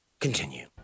Continue